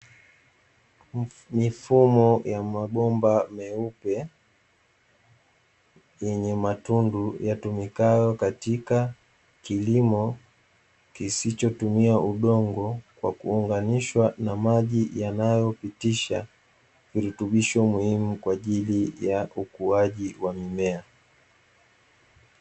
Mifumo ya mabomba meupe yenye matundu yatumikayo katika kilimo kisichotumia udongo, kwa kuunganishwa na maji yanayopitisha virutubisho muhimu kwa ajili ya ukuaji wa mimea.